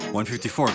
154